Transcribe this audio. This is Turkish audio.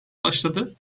başladı